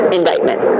indictment